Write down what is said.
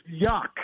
yuck